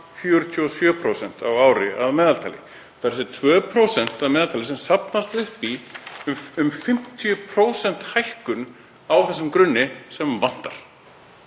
7,47% á ári að meðaltali, þ.e. 2% að meðaltali sem safnast upp í um 50% hækkun á þessum grunni sem vantar